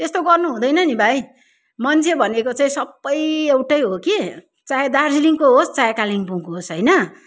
त्यस्तो गर्नु हुँदैन नि भाइ मान्छे भनेको चाहिँ सबै एउटै हो के चाहे दार्जिलिङको होस् चाहे कालिम्पोङको होस् होइन